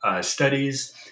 Studies